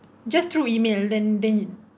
just through email then then it